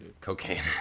Cocaine